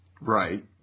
Right